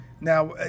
Now